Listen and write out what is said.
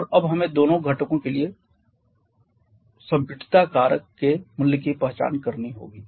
और अब हमें दोनों घटकों के लिए संपीड़ितता कारक के मूल्य की पहचान करनी होगी